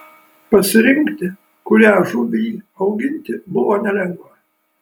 pasirinkti kurią žuvį auginti buvo nelengva